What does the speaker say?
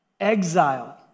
Exile